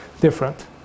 different